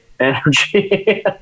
Energy